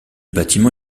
bâtiment